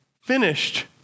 finished